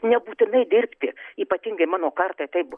nebūtinai dirbti ypatingai mano kartai taip